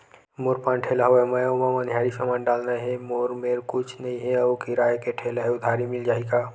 मोर पान ठेला हवय मैं ओमा मनिहारी समान डालना हे मोर मेर कुछ नई हे आऊ किराए के ठेला हे उधारी मिल जहीं का?